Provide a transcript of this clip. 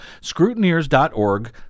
scrutineers.org